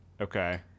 Okay